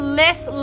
less